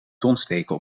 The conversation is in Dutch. donsdeken